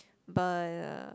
but